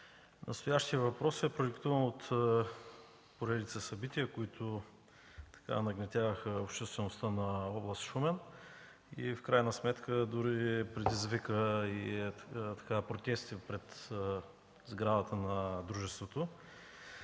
Настоящият въпрос е продиктуван от поредица събития, които нагнетяваха обществеността на област Шумен и в крайна сметка доведоха дори протести пред сградата на дружеството.